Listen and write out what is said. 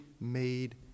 made